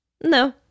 No